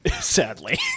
sadly